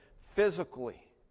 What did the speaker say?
physically